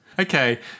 Okay